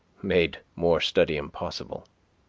made more study impossible.